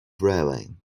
rowing